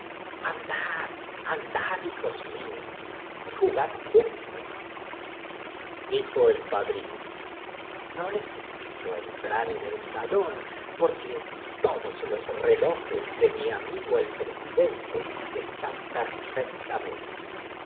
andad aodad hijos míos y jugad juntos di jo el padrino no necesito entrar en el salón porque todos los relojes de mi amigo el president e